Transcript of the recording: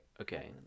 Okay